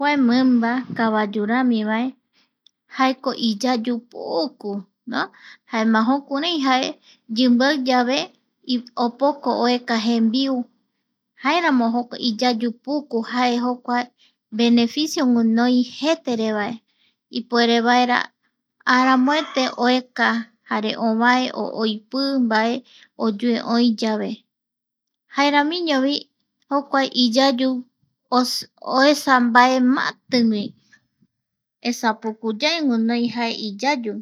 Kua mimba kavayu rami vae, jaeko iyayu puuuku no jaema jokurai jae yimbiai yave opoko oeka jembiu, jaeramo jae iyau puku jae jokua beneficio guinoi jetere vae ipuere vaera aramoete oeka ani oepi mbae oyue oi yave jaeramiñovi jokua iyayu oesa mbae maatigui esa puku yae jae guinoi jokua iyayu.